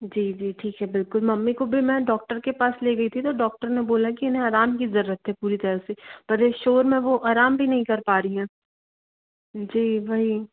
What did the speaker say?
जी जी ठीक है बिल्कुल मम्मी को भी मैं डॉक्टर के पास ले गई थी तो डॉक्टर ने बोला कि इन्हें आराम की ज़रूरत है पूरी तरह से पर इस शोर में वो आराम भी नहीं कर पा रही हैं जी वही